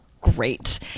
great